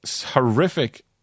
horrific